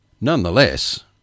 Nonetheless